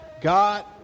God